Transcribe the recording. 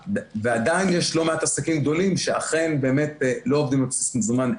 ועדיין יש לא מעט עסקים גדולים שאכן באמת לא עובדים על בסיס מזומן,